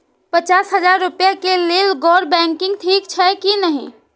पचास हजार रुपए के लेल गैर बैंकिंग ठिक छै कि नहिं?